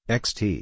xt